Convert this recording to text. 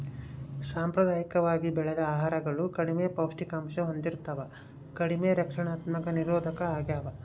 ಸಾಂಪ್ರದಾಯಿಕವಾಗಿ ಬೆಳೆದ ಆಹಾರಗಳು ಕಡಿಮೆ ಪೌಷ್ಟಿಕಾಂಶ ಹೊಂದಿರ್ತವ ಕಡಿಮೆ ರಕ್ಷಣಾತ್ಮಕ ನಿರೋಧಕ ಆಗ್ಯವ